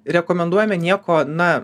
rekomenduojame nieko na